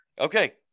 okay